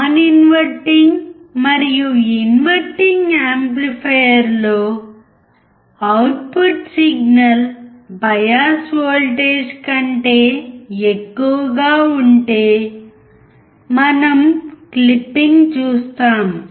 non inverting మరియు inverting amplifier లో output signal bias voltage కంటే ఎక్కువగా ఉంటేమనం క్లిప్పింగ్ చూస్తాము